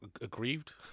Aggrieved